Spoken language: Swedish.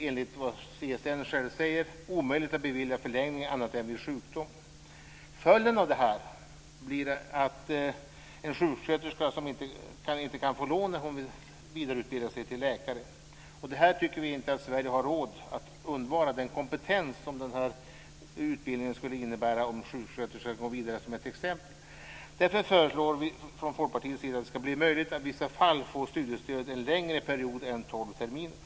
Enligt vad CSN själv säger blir det omöjligt att bevilja förlängning annat än vid sjukdom. Följden av detta blir att en sjuksköterska inte kan få lån när hon vill vidareutbilda sig till läkare. Vi tycker inte att Sverige har råd att undvara den kompetens som utbildningen skulle innebära för den sjuksköterska som vill gå vidare, som ett exempel. Därför föreslår vi från Folkpartiets sida att det ska bli möjligt att i vissa fall få studiestöd under en längre period än tolv terminer.